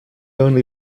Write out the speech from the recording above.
only